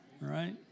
right